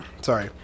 sorry